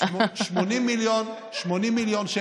עכשיו הבנתי, 80 מיליון שקל,